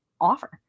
offer